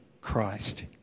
Christ